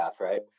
Right